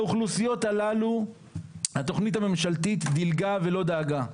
לאוכלוסיות הללו התוכנית הממשלתית דילגה ולא דאגה.